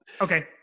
Okay